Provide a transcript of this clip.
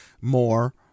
more